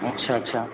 अच्छा अच्छा